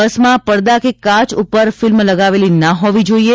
બસમાં પડદાં કે કાચ પર ફિલ્મ લગાવેલીના હોવી જોઈએ